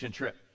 trip